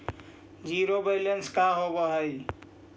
Zero balance का होव हइ?